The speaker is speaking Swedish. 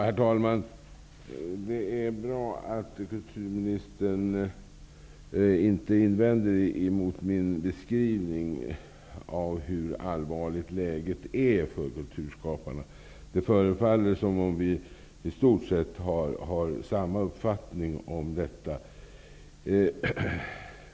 Herr talman! Det är bra att kulturministern inte invänder mot min beskrivning av hur allvarligt läget är för kulturskaparna. Det förefaller som att vi i stort sett har samma uppfattning om detta.